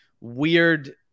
weird